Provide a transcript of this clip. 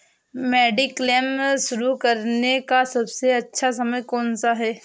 Mediclaim शुरू करने का सबसे अच्छा समय कौनसा है?